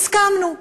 הסכמנו.